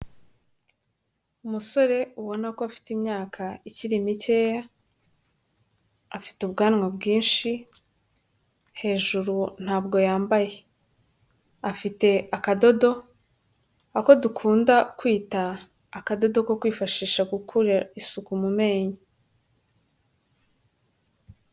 Umusore ubona ko afite imyaka ikiri mikeya, afite ubwanwa bwinshi, hejuru ntabwo yambaye, afite akadodo, ako dukunda kwita akadodo ko kwifashisha gukora isuku mu menyo.